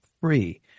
free